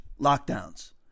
lockdowns